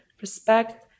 respect